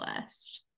list